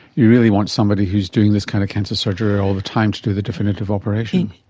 you really want somebody who's doing this kind of cancer surgery all the time to do the definitive operation.